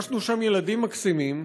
פגשנו שם ילדים מקסימים